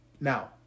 Now